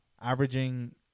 averaging